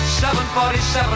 747